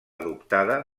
adoptada